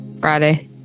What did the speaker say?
Friday